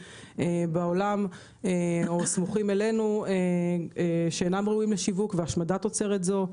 בעולם או סמוכים אלינו שאינם ראויים לשיווק והשמדת תוצרת זו.